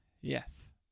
Yes